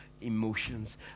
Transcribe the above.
emotions